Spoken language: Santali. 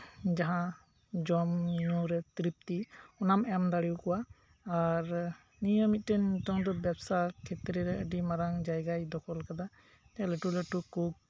ᱡᱟᱦᱟᱸ ᱡᱚᱢᱧᱩᱨᱮ ᱛᱨᱤᱯᱛᱤ ᱚᱱᱟᱢ ᱮᱢ ᱫᱟᱲᱮᱭᱟᱠᱚᱣᱟ ᱟᱨ ᱱᱤᱭᱟᱹ ᱢᱤᱫᱴᱮᱱ ᱱᱤᱛᱚᱝ ᱫᱚ ᱵᱮᱯᱥᱟ ᱠᱷᱮᱛᱨᱮ ᱨᱮ ᱟᱹᱰᱤ ᱢᱟᱨᱟᱝ ᱡᱟᱭᱜᱟᱭ ᱫᱚᱠᱷᱚᱞ ᱟᱠᱟᱫᱟ ᱢᱤᱫᱴᱮᱡ ᱞᱟᱹᱴᱩ ᱞᱟᱹᱴᱩ ᱠᱩᱠ